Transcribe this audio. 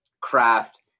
craft